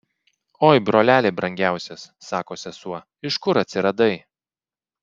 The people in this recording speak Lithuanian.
oi broleli brangiausias sako sesuo iš kur atsiradai